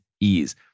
ease